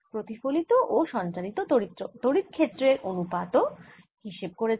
প্রতিফলিত ও সঞ্চারিত তড়িৎ ক্ষেত্রের অনুপাত ও আমি হিসেব করেছি